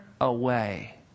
away